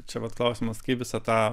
čia vat klausimas kaip visą tą